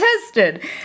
tested